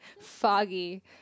Foggy